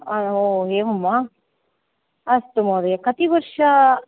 ओ एवं वा अस्तु महोदय कति वर्षा